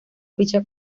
ficha